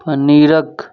पनीरक